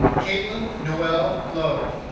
caitlin noel lowe.